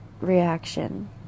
reaction